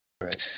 right